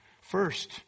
First